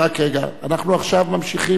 אנחנו עכשיו ממשיכים בסדר-היום.